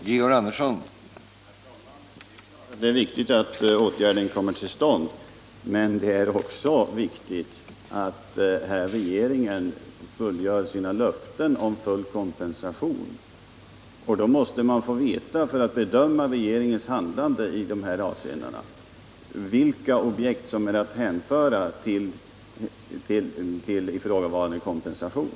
Herr talman! Det är självfallet viktigt att åtgärden i fråga kommer till stånd, men det är också viktigt att regeringen fullföljer sina löften om full kompensation. För att kunna bedöma regeringens handlande i dessa avseenden måste man då få veta vilka objekt som är att hänföra till ifrågavarande kompensation.